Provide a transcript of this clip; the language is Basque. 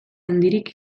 handirik